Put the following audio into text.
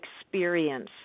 experience